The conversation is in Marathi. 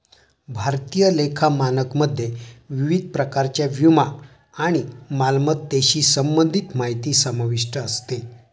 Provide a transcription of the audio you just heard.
भारतीय लेखा मानकमध्ये विविध प्रकारच्या विमा आणि मालमत्तेशी संबंधित माहिती समाविष्ट असते